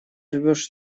рвешь